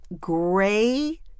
gray